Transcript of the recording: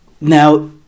Now